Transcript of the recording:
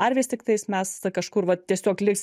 ar vis tiktais mes kažkur vat tiesiog liks